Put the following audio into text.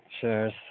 shares